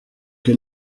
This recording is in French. que